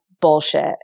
bullshit